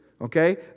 okay